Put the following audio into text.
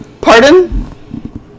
Pardon